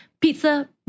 pizza